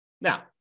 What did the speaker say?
Now